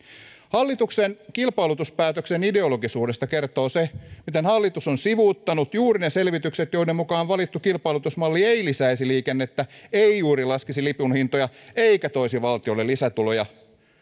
hallituksen kilpailutuspäätöksen ideologisuudesta kertoo se miten hallitus on sivuuttanut juuri ne selvitykset joiden mukaan valittu kilpailutusmalli ei lisäisi liikennettä ei juuri laskisi lipunhintoja eikä toisi valtiolle lisätuloja